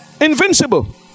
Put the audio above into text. Invincible